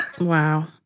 Wow